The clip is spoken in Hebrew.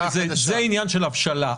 זה עניין של הבשלה.